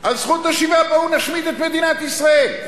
על זכות השיבה: בואו נשמיד את מדינת ישראל.